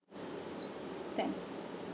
ten